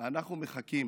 אנחנו מחכים